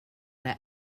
their